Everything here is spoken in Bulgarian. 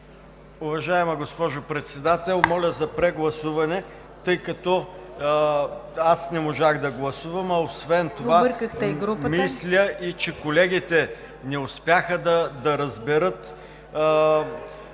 Уважаема госпожо Председател, моля за прегласуване, тъй като не можах да гласувам, а освен това мисля, че колегите не успяха да разберат